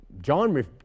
John